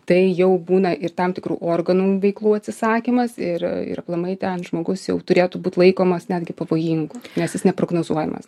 tai jau būna ir tam tikrų organų veiklų atsisakymas ir ir aplamai ten žmogus jau turėtų būt laikomas netgi pavojingu nes jis neprognozuojamas